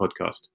podcast